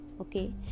okay